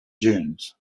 dunes